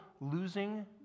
losing